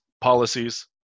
policies